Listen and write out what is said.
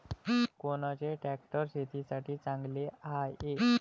कोनचे ट्रॅक्टर शेतीसाठी चांगले हाये?